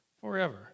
forever